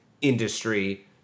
industry